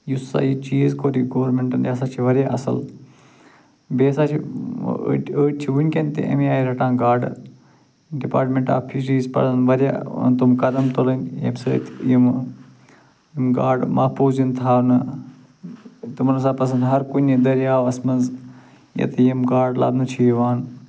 یُس ہسا یہِ چیٖز کوٚر یہِ گورمٮ۪نٛٹن یہِ ہسا چھِ واریاہ اصٕل بیٚیہِ ہسا چھِ أڑۍ أڑۍ چھِ وٕنۍکٮ۪ن تہِ اَمے آیہِ رٹان گاڈٕ ڈپاٹمٮ۪نٛٹ آف فِشریٖز پَزَن واریاہ تِم قدم تُلٕنۍ ییٚمہِ سۭتۍ یِمہٕ یِم گاڈٕ محفوٗظ یِن تھاونہٕ تِمن ہسا پَزَن ہَر کُنہٕ دریاوَس منٛز ییٚتہٕ یِم گاڈٕ لبنہٕ چھِ یِوان